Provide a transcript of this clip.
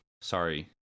sorry